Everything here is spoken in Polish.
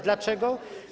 Dlaczego?